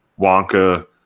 Wonka